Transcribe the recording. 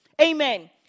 amen